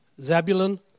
Zebulun